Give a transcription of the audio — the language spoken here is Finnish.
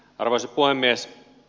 arvoisa puhemies